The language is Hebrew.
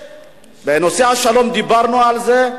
בנושא השלום, דיברנו על זה.